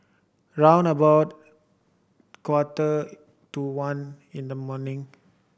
round about quarter to one in the morning